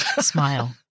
Smile